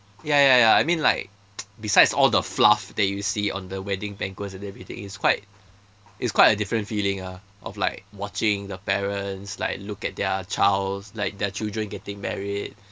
ya ya ya I mean like besides all the fluff that you see on the wedding banquets and everything it's quite it's quite a different feeling ah of like watching the parents like look at their child's like their children getting married